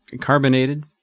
carbonated